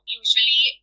usually